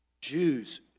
Jews